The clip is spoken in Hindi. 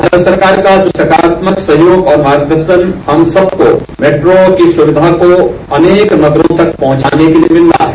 भारत सरकार का जो सकारात्मक सहयोग और मार्ग दर्शन हम सबको मेट्रो की सुविघा को अनेक नगरों तक पहुंचाने के लिए मिल रहा है